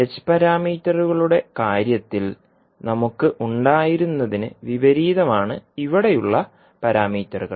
h പാരാമീറ്ററുകളുടെ കാര്യത്തിൽ നമുക്ക് ഉണ്ടായിരുന്നതിന് വിപരീതമാണ് ഇവിടെയുള്ള പരാമീറ്ററുകൾ